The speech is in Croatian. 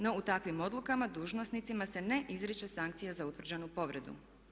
No, u takvim odlukama dužnosnicima se ne izriče sankcija za utvrđenu povredu.